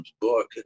book